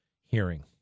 hearing